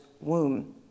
womb